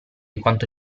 quanto